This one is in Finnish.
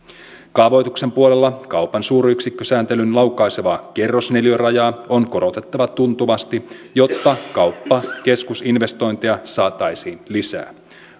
kaavoituksen puolella kaupan suuryksikkösääntelyn laukaisevaa kerrosneliörajaa on korotettava tuntuvasti jotta kauppakeskusinvestointeja saataisiin lisää